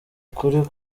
ukuri